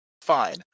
Fine